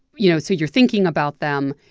you know, so you're thinking about them,